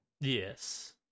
yes